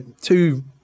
two